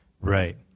right